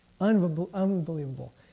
Unbelievable